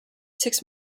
six